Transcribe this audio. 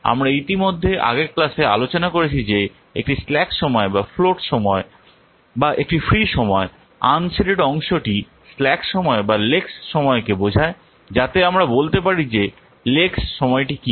আমি ইতিমধ্যে আগের ক্লাসে আলোচনা করেছি যে একটি স্ল্যাক সময় বা ফ্লোট সময় বা একটি ফ্রি সময় আনশেডেড অংশটি স্ল্যাক সময় বা লেক্স সময়কে বুঝায় যাতে আমরা বলতে পারি যে লেক্স সময়টি কী